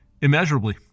immeasurably